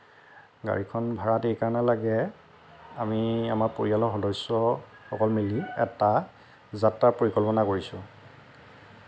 গাড়ীখন ভাড়াত এইকাৰণেই লাগে আমি আমাৰ পৰিয়ালৰ সদস্যসকল মিলি এটা যাত্ৰাৰ পৰিকল্পনা কৰিছোঁ